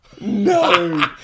No